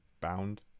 bound